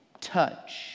Touch